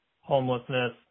homelessness